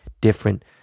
different